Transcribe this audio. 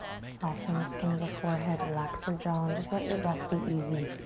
soften the skin to the forehead, relax your jaw and just let your breath be easy.